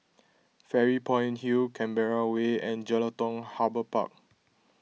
Fairy Point Hill Canberra Way and Jelutung Harbour Park